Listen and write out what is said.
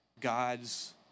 God's